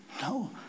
No